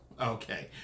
Okay